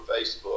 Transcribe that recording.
Facebook